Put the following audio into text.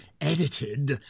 edited